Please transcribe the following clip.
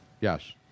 Yes